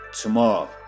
Tomorrow